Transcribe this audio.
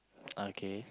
okay